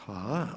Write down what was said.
Hvala.